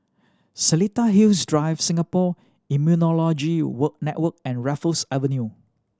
Seletar Hills Drive Singapore Immunology Network and Raffles Avenue